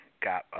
got